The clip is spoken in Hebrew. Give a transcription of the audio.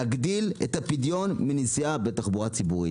היא להגדיל את הפדיון מנסיעה בתחבורה ציבורית.